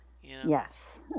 Yes